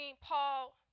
Paul